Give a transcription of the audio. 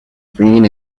green